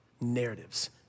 narratives